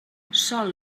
sol